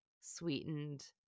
sweetened